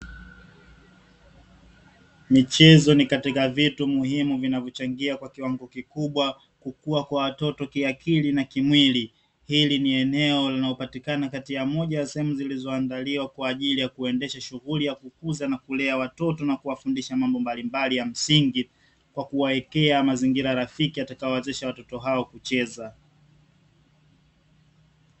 Michezo ni katika vitu muhimu vinavyochangia kwa kiwango kikubwa kukua kwa watoto kiakili na kimwili. Hili ni eneo linalopatikana katika moja ya sehemu zilizoandaliwa kwa ajili ya kuendesha shughuli ya kukuza na kulea watoto na kuwafundisha mambo mbalimbali ya msingi kwa kuwawekea mazingira rafiki yatakayo wawezesha watoto hao kucheza.